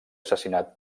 assassinat